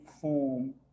form